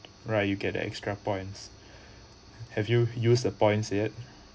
right you get an extra points have you use the points yet